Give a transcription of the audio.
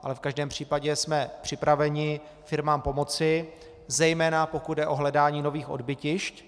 Ale v každém případě jsme připraveni firmám pomoci, zejména pokud jde o hledání nových odbytišť.